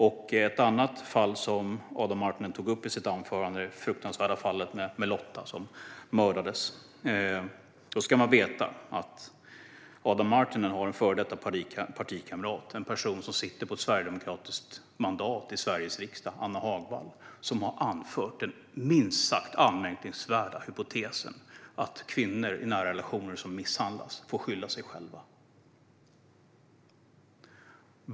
I sitt anförande tog Adam Marttinen också upp det fruktansvärda fallet med Lotta som mördades. Man ska veta att Adam Marttinen har en före detta partikamrat - Anna Hagwall, en person som sitter på ett sverigedemokratiskt mandat i Sveriges riksdag - som har anfört den minst sagt anmärkningsvärda hypotesen att kvinnor som misshandlas i nära relationer får skylla sig själva.